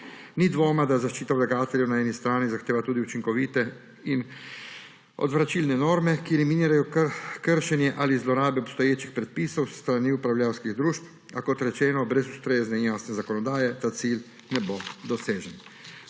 Ni dvoma, da zaščita vlagateljev na eni strani zahteva tudi učinkovite in odvračilne norme, ki eliminirajo kršenje ali zlorabe obstoječih predpisov s strani upravljavskih družb, a – kot rečeno – brez ustrezne in jasne zakonodaje ta cilj ne bo dosežen.